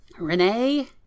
Renee